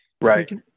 right